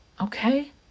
okay